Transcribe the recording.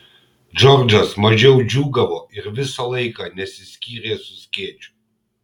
džordžas mažiau džiūgavo ir visą laiką nesiskyrė su skėčiu